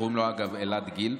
אגב, קוראים לו אלעד גיל,